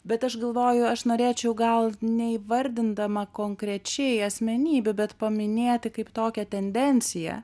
bet aš galvoju aš norėčiau gal neįvardindama konkrečiai asmenybių bet paminėti kaip tokią tendenciją